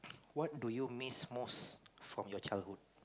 what do you miss most from your childhood